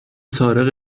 سارق